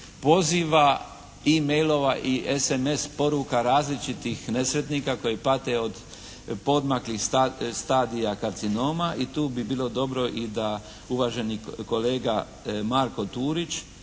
poziva, emailova i sms poruka različitih nesretnika koji pate od poodmaklih stadija karcinoma. I tu bi bilo dobro i da uvaženi kolega Marko Turić